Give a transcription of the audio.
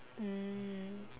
mm